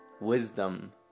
wisdom